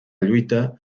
lluita